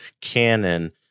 Canon